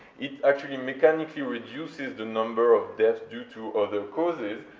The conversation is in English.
it actually mechanically reduces the number of deaths due to other causes,